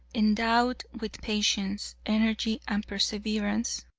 endowed with patience, energy, and perseverance,